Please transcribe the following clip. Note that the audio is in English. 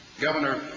governor,